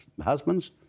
husbands